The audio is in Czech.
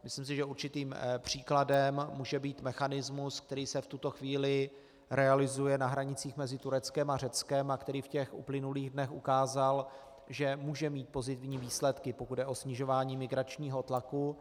Myslím si, že určitým příkladem může být mechanismus, který se v této chvíli realizuje na hranici mezi Tureckem a Řeckem a který v uplynulých dnech ukázal, že může mít pozitivní výsledky, pokud jde o snižování migračního tlaku.